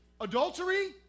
adultery